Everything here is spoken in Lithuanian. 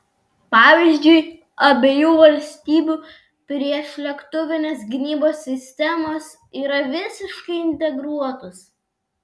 pavyzdžiui abiejų valstybių priešlėktuvinės gynybos sistemos yra visiškai integruotos